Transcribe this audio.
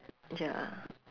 ya